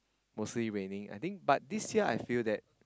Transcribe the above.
mostly raining I think but this year I feel that